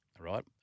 right